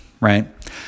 right